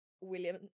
William